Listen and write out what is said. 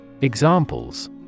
Examples